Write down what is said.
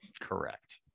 Correct